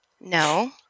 No